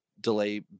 delay